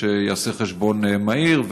מי שיעשה חשבון מהיר,